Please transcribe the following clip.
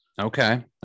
Okay